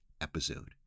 episode